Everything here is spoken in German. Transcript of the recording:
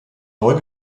neu